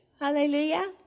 Hallelujah